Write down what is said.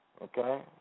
Okay